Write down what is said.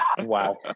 Wow